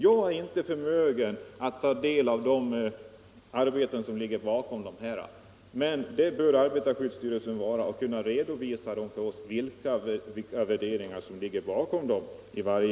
Jag är inte förmögen att ta del av de arbeten som ligger bakom angivna gränsvärden, men det bör arbetarskyddsstyrelsen vara; man bör kunna redovisa vilka värderingar som ligger bakom varje värde.